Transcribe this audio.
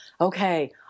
okay